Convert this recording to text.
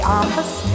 office